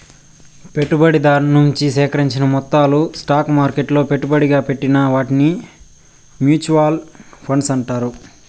పెట్టుబడిదారు నుంచి సేకరించిన మొత్తాలు స్టాక్ మార్కెట్లలో పెట్టుబడిగా పెట్టిన వాటిని మూచువాల్ ఫండ్స్ అంటారు